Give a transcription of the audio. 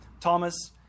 Thomas